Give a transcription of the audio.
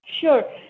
sure